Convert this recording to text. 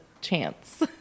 chance